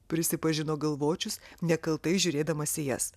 prisipažino galvočius nekaltai žiūrėdamas į jas